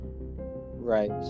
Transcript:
right